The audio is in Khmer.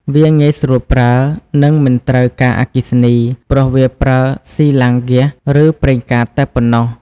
វាងាយស្រួលប្រើ និងមិនត្រូវការអគ្គិសនី ព្រោះវាប្រើស៊ីឡាំងហ្គាស ឬប្រេងកាតតែប៉ុណ្ណោះ។